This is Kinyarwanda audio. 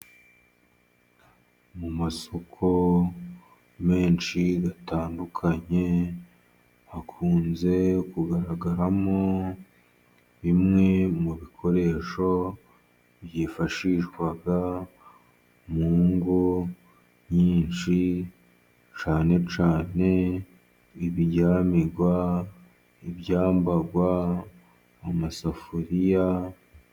Mu masoko menshi atandukanye hakunze kugaragaramo bimwe mu bikoresho byifashishwa mungo nyinshi cyane cyane ibiryamigwa, ibyambarwa n'amasafuriya.